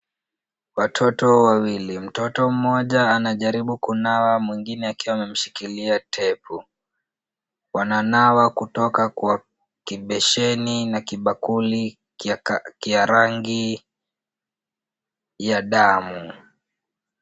Watoto wawili, mtoto mmoja anajaribu kunawa mwingine akiwa amemshikilia tap . Wananawa kutoka kwa kibesheni na kibakuli kia rangi ya damu.